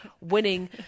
winning